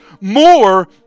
more